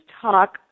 talk